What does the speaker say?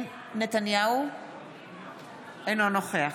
אינו נוכח